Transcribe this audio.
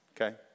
okay